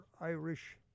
Irish